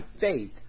faith